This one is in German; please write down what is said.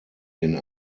den